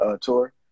tour